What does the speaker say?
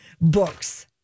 books